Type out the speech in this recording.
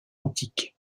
antique